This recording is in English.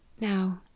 Now